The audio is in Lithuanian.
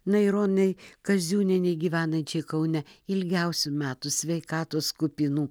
na ir onai kaziūnienei gyvenančiai kaune ilgiausių metų sveikatos kupinų